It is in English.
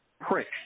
prick